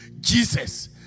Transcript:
Jesus